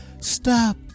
Stop